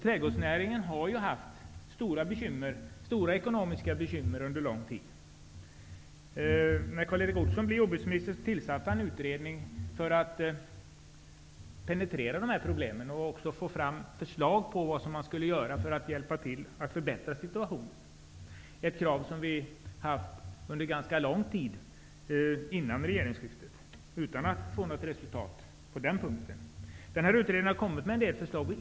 Trädgårdsnäringen har haft stora ekonomiska bekymmer under lång tid. När Karl Erik Olsson blev jordbruksminister tillsatte han en utredning för att penetrera problemen och få fram förslag till vad man skulle kunna göra för att hjälpa till att förbättra situationen. Det är ett krav som vi haft under ganska lång tid före regeringsskiftet utan att få något resultat på den punkten. Utredningen har kommit med en del förslag.